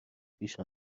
پیش